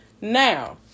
Now